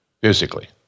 physically